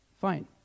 fine